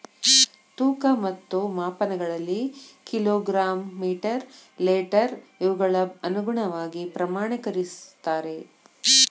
ತೂಕ ಮತ್ತು ಮಾಪನಗಳಲ್ಲಿ ಕಿಲೋ ಗ್ರಾಮ್ ಮೇಟರ್ ಲೇಟರ್ ಇವುಗಳ ಅನುಗುಣವಾಗಿ ಪ್ರಮಾಣಕರಿಸುತ್ತಾರೆ